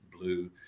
blue